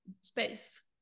space